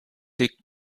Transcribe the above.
des